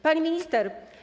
Pani Minister!